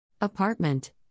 Apartment